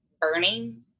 burning